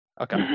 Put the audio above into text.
Okay